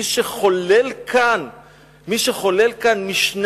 מי שחולל כאן משנה,